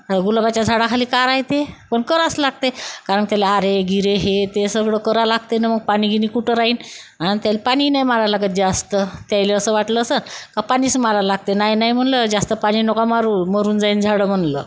गुलाबाच्या झाडाखाली करायचे पण करावच लागते कारण त्याले आरे गिरे हे ते सगळं करा लागते ना मग पाणी गिनी कुठं राहिन आणि त्याला पाणी नाही मारा लागत जास्त त्याला असं वाटलं असं का पाणीच मारायला लागते नाही नाही म्हणलं जास्त पाणी नका मारू मरून जाईल झाडं म्हणलं